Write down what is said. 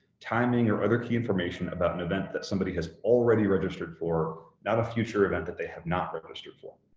timing or other key information about an event that somebody has already registered for, not a future event that they have not registered for.